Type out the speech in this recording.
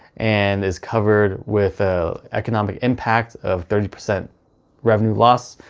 and is covered with a economic impact of thirty percent revenue loss,